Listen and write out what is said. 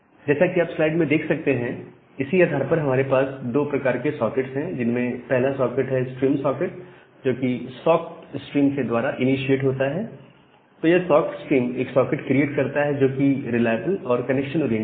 जैसा कि आप स्लाइड में देख सकते हैं इसी आधार पर हमारे पास दो प्रकार के सॉकेट्स हैं जिनमें पहला सॉकेट है स्ट्रीम सॉकेट जो कि सॉक स्ट्रीम के द्वारा इनीशिएट होता है तो यह सॉक स्ट्रीम एक सॉकेट क्रिएट करता है जो कि रिलायबल और कनेक्शन ओरिएंटेड है